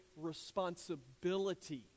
responsibility